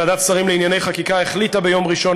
ועדת שרים לענייני חקיקה החליטה ביום ראשון